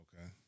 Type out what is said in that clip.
Okay